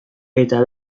eta